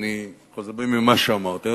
אני חוזר בי ממה שאמרתי.